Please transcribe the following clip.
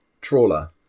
trawler